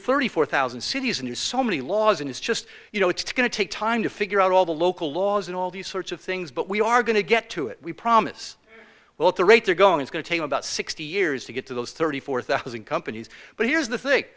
thirty four thousand cities and use so many laws and it's just you know it's going to take time to figure out all the local laws and all these sorts of things but we are going to get to it we promise well at the rate they're going to take about sixty years to get to those thirty four thousand companies but here's the thing